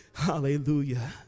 Hallelujah